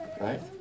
Right